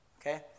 Okay